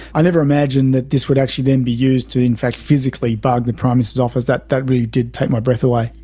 i never imagined that this would actually then be used to in fact physically bug the prime minister's office, that that really did take my breath away.